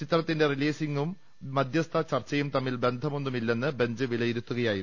ചിത്രത്തിന്റെ റിലീസിങ്ങും മധ്യസ്ഥ ചർച്ചയും തമ്മിൽ ബന്ധ മൊന്നുമില്ലെന്ന് ബെഞ്ച് വിലയിരുത്തുകയായിരുന്നു